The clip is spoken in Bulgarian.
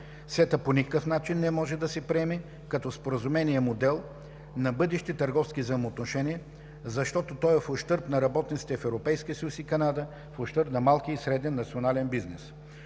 СЕТА по никакъв начин не може да се приеме като „споразумение-модел“ на бъдещи търговски взаимоотношения, защото то е в ущърб на работниците в Европейския съюз и Канада, в ущърб на малкия и среден национален бизнес.